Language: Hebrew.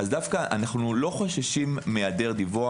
אנו לא חוששים מהיעדר דיווח.